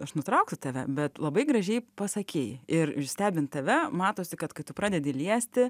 aš nutraukiu tave bet labai gražiai pasakei ir stebint tave matosi kad kai tu pradedi liesti